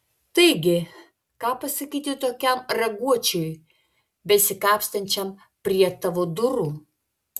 taigi ką pasakyti tokiam raguočiui besikapstančiam prie tavo durų